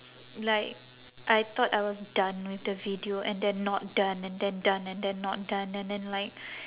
like I thought I was done with the video and then not done and then done and then not done and then like